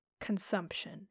consumption